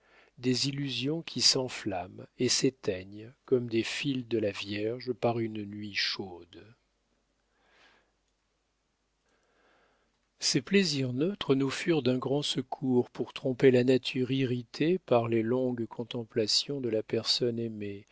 des illusions qui s'enflamment et s'éteignent comme des fils de la vierge par une nuit chaude ces plaisirs neutres nous furent d'un grand secours pour tromper la nature irritée par les longues contemplations de la personne aimée